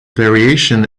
variation